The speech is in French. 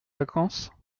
vacances